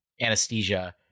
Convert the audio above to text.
anesthesia—